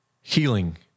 Healing